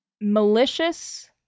Malicious